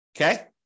okay